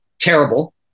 terrible